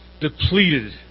Depleted